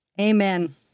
Amen